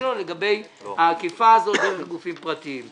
שלו לגבי העקיפה הזאת דרך גופים פרטיים.